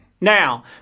Now